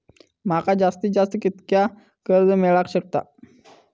माका जास्तीत जास्त कितक्या कर्ज मेलाक शकता?